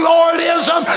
Lordism